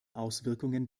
auswirkungen